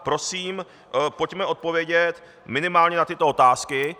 Prosím, pojďme odpovědět minimálně na tyto otázky.